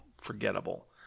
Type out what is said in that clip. forgettable